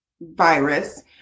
virus